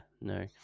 No